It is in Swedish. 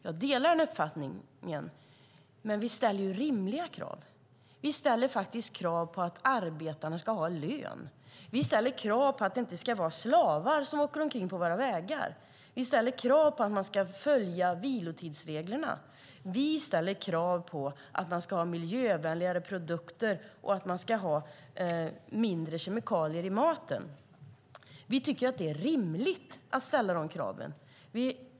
Jag delar den uppfattningen, men vi ställer rimliga krav. Vi ställer krav på att arbetarna ska ha lön. Vi ställer krav på att det inte ska vara slavar som åker omkring på våra vägar. Vi ställer krav på att vilotidsreglerna ska följas. Vi ställer krav på miljövänligare produkter och färre kemikalier i maten. Det är rimligt att ställa de kraven.